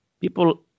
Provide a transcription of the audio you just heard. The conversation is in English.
people